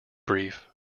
brief